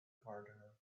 gardener